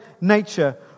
nature